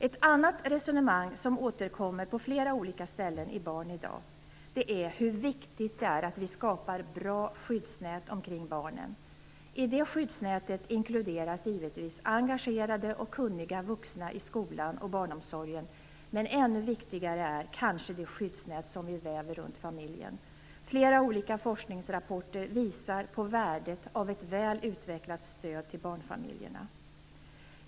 Ett annat resonemang som återkommer på flera olika ställen i Barn idag är hur viktigt det är att vi skapar bra skyddsnät omkring barnen. I det skyddsnätet inkluderas givetvis engagerade och kunniga vuxna i skolan och barnomsorgen, men ännu viktigare är kanske det skyddsnät som vi väver runt familjen. Flera olika forskningsrapporter visar på värdet av ett väl utvecklat stöd till barnfamiljerna.